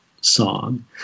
song